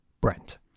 Brent